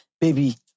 baby